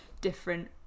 different